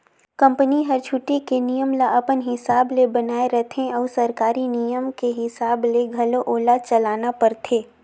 company हर छुट्टी के नियम ल अपन हिसाब ले बनायें रथें अउ सरकारी नियम के हिसाब ले घलो ओला चलना परथे